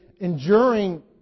enduring